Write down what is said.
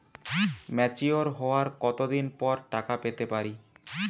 Mature হওয়ার কত দিন পর টাকা পেতে পারি?